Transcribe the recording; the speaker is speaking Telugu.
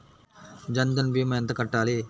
జన్ధన్ భీమా ఎంత కట్టాలి?